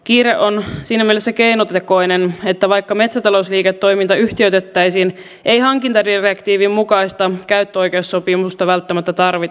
kiire on siinä mielessä keinotekoinen että vaikka metsätalousliiketoiminta yhtiöitettäisiin ei hankintadirektiivin mukaista käyttöoikeussopimusta välttämättä tarvita